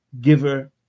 giver